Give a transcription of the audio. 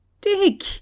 Dick